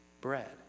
bread